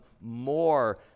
more